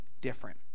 different